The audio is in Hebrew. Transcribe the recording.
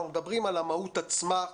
אנחנו מדברים על המהות עצמה,